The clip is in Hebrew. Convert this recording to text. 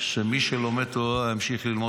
שמי שלומד תורה ימשיך ללמוד,